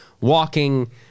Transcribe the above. walking